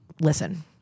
listen